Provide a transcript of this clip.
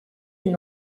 une